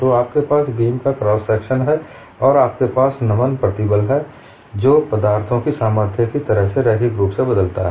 तो आपके पास बीम का क्रॉस सेक्शन है और आपके पास नमन प्रतिबल है जो पदार्थों की सामर्थ्य की तरह से रैखिक रूप से बदलता है